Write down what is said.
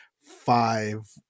five